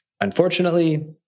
Unfortunately